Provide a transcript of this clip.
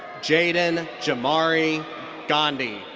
jaden jamari gandy.